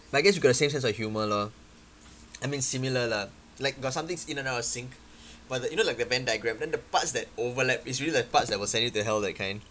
like I guess you got the same sense of humour lor I mean similar lah like got some things in and out of sync but the you know like the venn diagram then the parts that overlap is really like parts that will send you to hell that kind